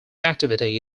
activity